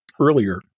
earlier